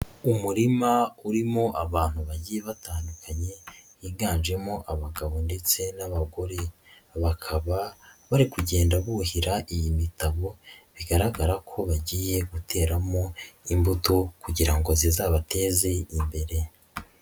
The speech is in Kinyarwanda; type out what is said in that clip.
Umurima urimo abantu bagiye batandukanye higanjemo abagabo ndetse n'abagore, bakaba bari kugenda buhira iyi mitabo bigaragara ko bagiye guteramo imbuto kugira ngo zizabateze imbere.